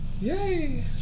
Yay